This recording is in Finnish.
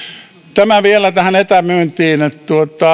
tämä vielä tähän etämyyntiin että